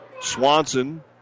Swanson